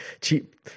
cheap